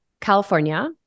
California